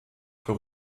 für